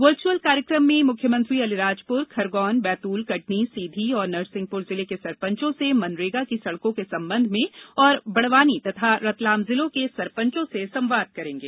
virtual कार्यक्रम में मुख्यमंत्री अलीराजपुर खरगौन बैतुल कटनी सीधी एवं नरसिंहपुर जिले के सरपंचों से मनरेगा की सड़कों के संबंध में तथा बड़वानी और रतलाम जिलों के सरपंचों से संवाद करेंगे